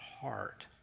heart